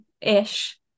ish